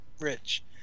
Rich